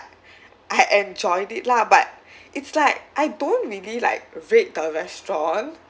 I enjoyed it lah but it's like I don't really like rate the restaurant